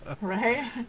right